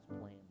plan